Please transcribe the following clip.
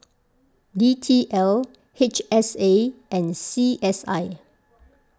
D T L H S A and C S I